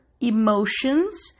emotions